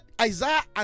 Isaiah